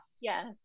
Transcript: Yes